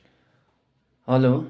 hello